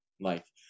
life